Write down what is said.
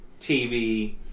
TV